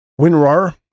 WinRAR